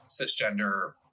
cisgender